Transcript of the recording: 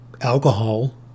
Alcohol